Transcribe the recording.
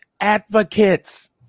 advocates